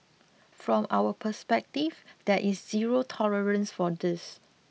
from our perspective there is zero tolerance for this